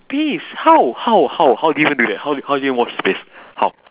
please how how how how do you even do that how do you even wash his face how